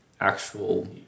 actual